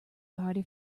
party